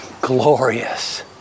glorious